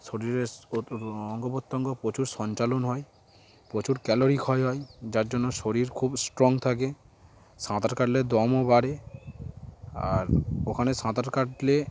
শরীরের অঙ্গ প্রত্যঙ্গ প্রচুর সঞ্চালন হয় প্রচুর ক্যালোরি ক্ষয় হয় যার জন্য শরীর খুব স্ট্রং থাকে সাঁতার কাটলে দমও বাড়ে আর ওখানে সাঁতার কাটলে